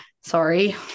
sorry